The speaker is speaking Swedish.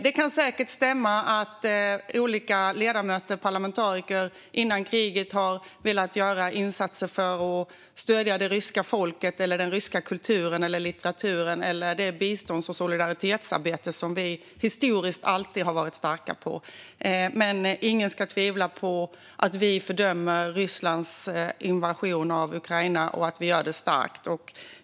Det kan säkert stämma att olika ledamöter och parlamentariker före kriget har velat göra insatser för att stödja det ryska folket, den ryska kulturen eller den ryska litteraturen - eller det bistånds och solidaritetsarbete som vi historiskt alltid har varit starka på. Men ingen ska tvivla på att vi fördömer Rysslands invasion av Ukraina och att vi gör det starkt.